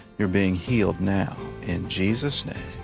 you're being healed now, in jesus' name.